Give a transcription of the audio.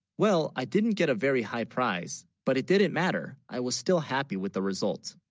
well i didn't get a, very high prize but it didn't matter i was still happy with the results